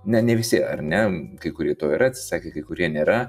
na ne visi ar ne kai kurie to yra atsisakę kai kurie nėra